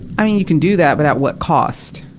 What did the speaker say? i mean, you can do that, but at what cost?